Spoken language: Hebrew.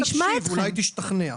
אולי תקשיב, אולי תשתכנע.